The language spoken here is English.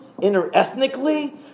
interethnically